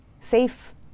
Safe